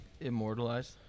Immortalized